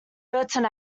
burton